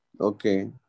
okay